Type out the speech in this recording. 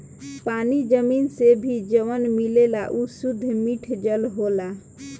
पानी जमीन से भी जवन मिलेला उ सुद्ध मिठ जल होला